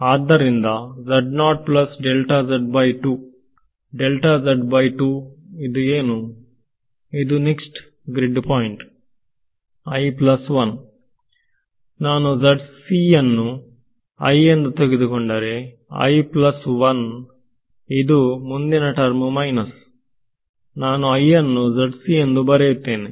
ಅದರಿಂದ ಏನು ಇದು ನೆಕ್ಸ್ಟ್ ಗ್ರಿಡ್ ಪಾಯಿಂಟ್ ನಾನು ಅನ್ನು ಎಂದು ತೆಗೆದುಕೊಂಡರೆ ಇದು ಮುಂದಿನ ಟರ್ಮ್ ಮೈನಸ್ ನಾನು ಅನ್ನು ಎಂದು ಬರೆಯುತ್ತೇನೆ